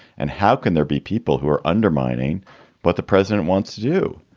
and how can there be people who are undermining what the president wants to do?